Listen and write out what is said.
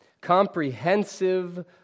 comprehensive